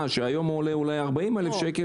שהיום הוא עולה אולי 40,000 שקל,